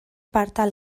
partal